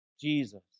Jesus